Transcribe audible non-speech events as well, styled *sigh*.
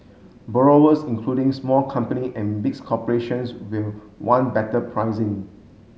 borrowers including small company and *unintelligible* corporations will want better pricing